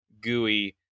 gooey